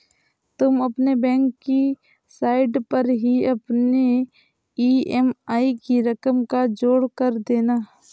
तुम अपने बैंक की साइट पर ही अपने ई.एम.आई की रकम का जोड़ कर लेना